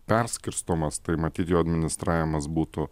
perskirstomas tai matyt jo administravimas būtų